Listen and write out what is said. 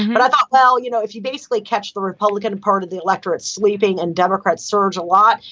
but i thought, well, you know, if you basically catch the republican part of the electorate sleeping and democrat surge a lot,